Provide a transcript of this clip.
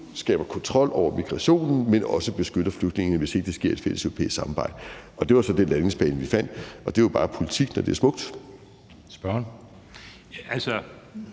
skaber kontrol over migrationen, men også beskytter flygtninge, hvis ikke det sker i et fælles europæisk samarbejde. Det var så den landingsbane, vi fandt, og det er jo bare politik, når det er smukt. Kl.